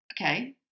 Okay